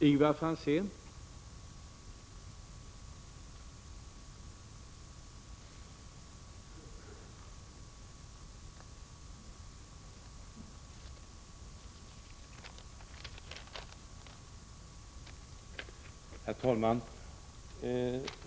Herr talman!